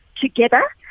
together